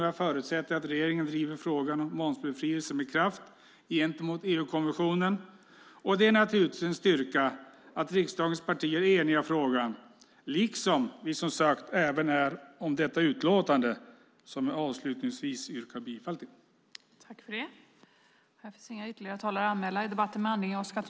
Jag förutsätter att regeringen med kraft driver frågan om momsbefrielse gentemot EU-kommissionen. Det är naturligtvis en styrka att riksdagens partier är eniga i frågan liksom vi, som sagt, är även om detta utlåtande. Avslutningsvis yrkar jag bifall till utskottets förslag.